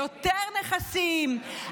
יותר נכסים,